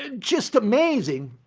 ah just amazing.